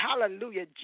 hallelujah